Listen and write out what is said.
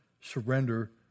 surrender